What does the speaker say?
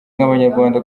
nk’abanyarwanda